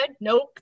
Nope